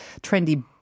trendy